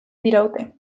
diraute